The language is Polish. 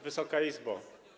Wysoka Izbo!